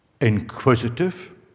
inquisitive